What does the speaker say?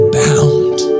bound